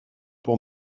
pour